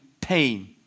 pain